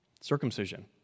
Circumcision